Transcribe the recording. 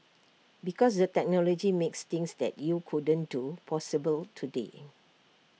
because the technology makes things that you couldn't do possible today